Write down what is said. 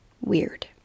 weird